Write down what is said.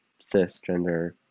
cisgender